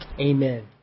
Amen